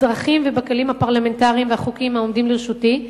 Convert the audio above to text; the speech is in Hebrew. בדרכים ובכלים הפרלמנטריים והחוקיים העומדים לרשותי,